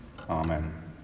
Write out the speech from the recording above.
Amen